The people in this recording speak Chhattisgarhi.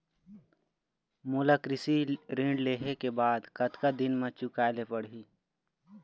मोला कृषि ऋण लेहे के बाद कतका दिन मा चुकाए ले पड़ही?